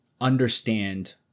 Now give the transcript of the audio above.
understand